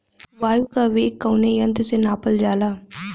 वायु क वेग कवने यंत्र से नापल जाला?